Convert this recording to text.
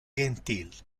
gentil